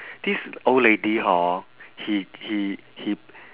this old lady hor he he he